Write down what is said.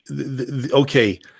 Okay